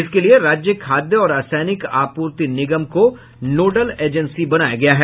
इसके लिये राज्य खाद्य और असैनिक आपूर्ति निगम को नोडल एजेंसी बनाया गया है